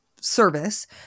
service